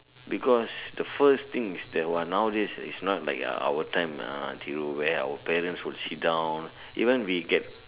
because the first thing is that !wah! nowadays is not like our time uh Thiru where our parents will sit down even we get